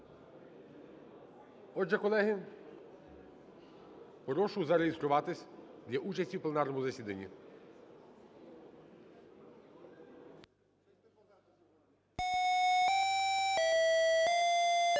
Отже, колеги, прошу зареєструватись для участі в пленарному засіданні. 12:34:10